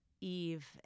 eve